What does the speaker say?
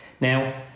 Now